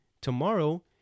tomorrow